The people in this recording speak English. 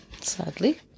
Sadly